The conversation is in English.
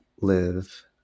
live